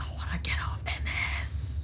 I wanna get out of N_S